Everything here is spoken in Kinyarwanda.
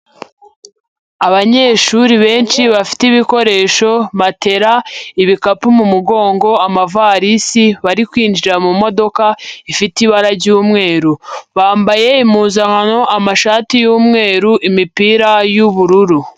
Abanyeshuri benshi bafite ibikoresho: matera, ibikapu mu mugongo, amavarisi, bari kwinjira mu modoka ifite ibara ry'umweru. Bambaye impuzankano: amashati y'umweru, imipira y'ubururu.